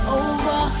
over